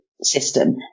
system